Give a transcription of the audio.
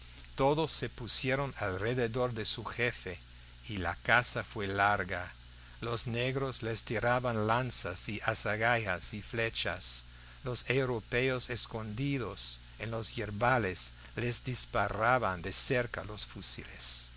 todos se pusieron alrededor de su jefe y la caza fue larga los negros les tiraban lanzas y azagayas y flechas los europeos escondidos en los yerbales les disparaban de cerca los fusiles